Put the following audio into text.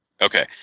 okay